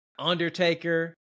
Undertaker